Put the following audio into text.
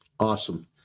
Awesome